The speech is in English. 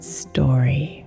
story